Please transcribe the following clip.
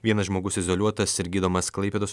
vienas žmogus izoliuotas ir gydomas klaipėdos